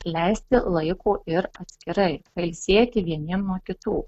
leisti laiko ir atskirai pailsėti vieniem nuo kitų